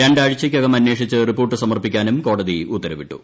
രണ്ടാഴ്ചയ്ക്കകം അന്വേഷിച്ച് റിപ്പോർട്ട് സമർപ്പിക്കാനും കോടതി ഉത്തരവിട്ടു